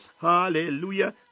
Hallelujah